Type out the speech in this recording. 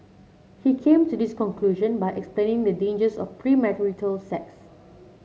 he came to this conclusion by explaining the dangers of premarital sex